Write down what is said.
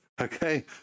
okay